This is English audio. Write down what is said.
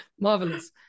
marvelous